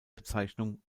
bezeichnung